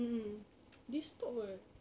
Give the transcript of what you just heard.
mmhmm they stop [what]